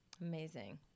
Amazing